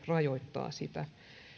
rajoittaa sitä